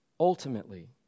Ultimately